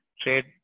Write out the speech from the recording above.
trade